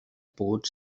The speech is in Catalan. pogut